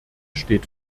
steht